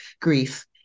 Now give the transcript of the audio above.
grief